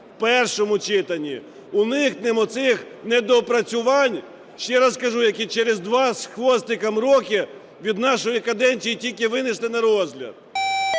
першому читанні, уникнемо цих недоопрацювань, ще раз кажу, які через два з хвостиком роки від нашої каденції тільки винесли на розгляд.